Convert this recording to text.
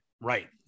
Right